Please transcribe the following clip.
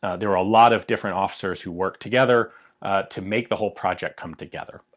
there are a lot of different officers who worked together to make the whole project come together.